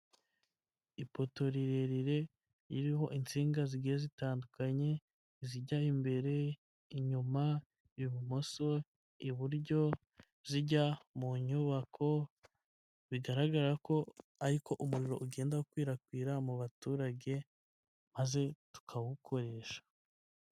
Ipoto rirerire iriho insinga zigiye zitandukanye zijya imbere, inyuma, ibumoso, iburyo, zijya mu nyubako bigaragara ko ariko umuriro ugenda ukwirakwira mu baturage maze tukawukoresha.